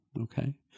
Okay